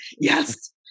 Yes